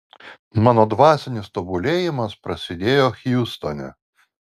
mano dvasinis tobulėjimas prasidėjo hjustone